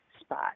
spot